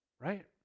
right